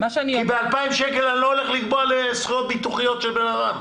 כי ב-2,000 שקל אני לא הולך לפגוע בזכויות ביטוחיות של בן אדם.